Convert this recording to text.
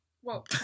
Whoa